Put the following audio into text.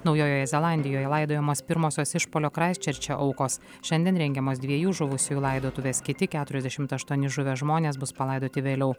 naujojoje zelandijoje laidojamos pirmosios išpuolio kraistčerče aukos šiandien rengiamos dviejų žuvusiųjų laidotuvės kiti keturiasdešimt aštuoni žuvę žmonės bus palaidoti vėliau